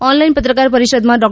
online પત્રકાર પરિષદમાં ડો